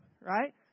right